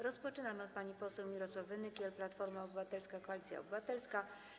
Rozpoczynamy od pani poseł Mirosławy Nykiel, Platforma Obywatelska - Koalicja Obywatelska.